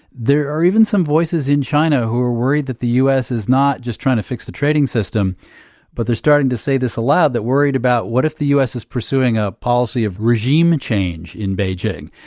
there are even some voices in china who are worried that the u s. is not just trying to fix the trading system but they're starting to say this aloud, they're worried about what if the u s. is pursuing a policy of regime change in beijing?